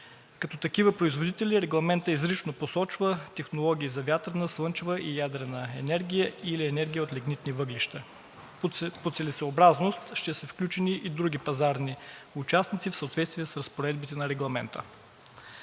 Като такива производители Регламентът изрично посочва технологии за вятърна, слънчева и ядрена енергия или енергия от лигнитни въглища. По целесъобразност ще са включени и други пазарни участници в съответствие с разпоредбите на Регламента.